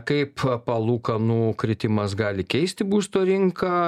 kaip palūkanų kritimas gali keisti būsto rinką